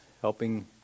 helping